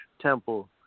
Temple